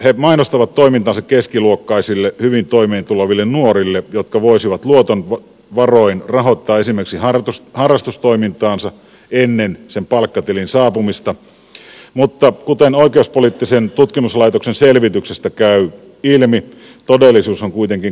he mainostavat toimintaansa keskiluokkaisille hyvin toimeentuleville nuorille jotka voisivat luoton varoin rahoittaa esimerkiksi harrastustoimintaansa ennen sen palkkatilin saapumista mutta kuten oikeuspoliittisen tutkimuslaitoksen selvityksestä käy ilmi todellisuus on kuitenkin kaukana tästä